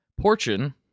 Portion